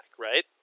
right